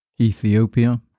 Ethiopia